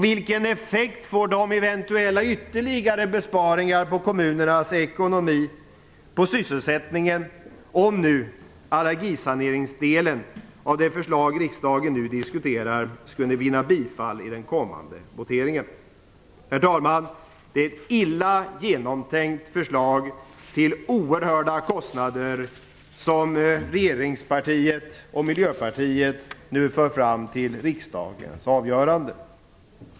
Vilken effekt får de eventuella ytterligare besparingar på kommunernas ekonomi på sysselsättningen om nu allergisaneringsdelen av det förslag riksdagen nu diskuterar skulle vinna bifall i den kommande voteringen? Herr talman! Det är ett illa genomtänkt förslag till oerhörda kostnader som regeringspartiet och Miljöpartiet nu för fram till riksdagen för avgörande.